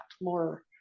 more